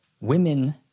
women